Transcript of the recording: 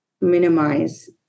minimize